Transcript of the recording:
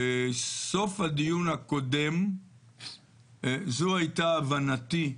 בסוף הדיון הקודם זאת היתה הבנתי,